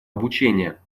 обучения